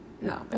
no